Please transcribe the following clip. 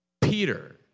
Peter